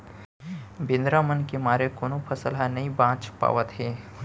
बेंदरा मन के मारे कोनो फसल ह नइ बाच पावत हे